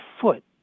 foot